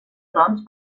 trons